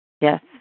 yes